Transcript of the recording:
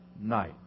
night